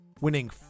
winning